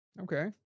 Okay